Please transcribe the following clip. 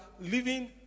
living